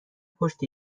پشت